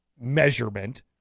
measurement